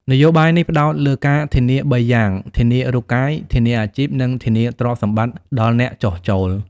នយោបាយនេះផ្ដោតលើការធានាបីយ៉ាង៖ ធានារូបកាយ ធានាអាជីព និងធានាទ្រព្យសម្បត្តិដល់អ្នកចុះចូល។